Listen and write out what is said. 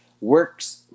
works